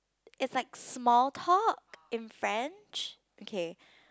it's like small talk in French okay